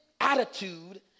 Attitude